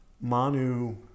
Manu